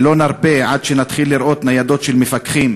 ולא נרפה עד שנתחיל לראות ניידות של מפקחים